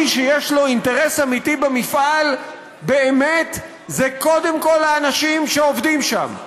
מי שבאמת יש לו אינטרס אמיתי במפעל זה קודם כול האנשים שעובדים שם,